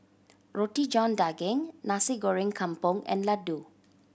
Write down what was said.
Roti John Daging Nasi Goreng Kampung and laddu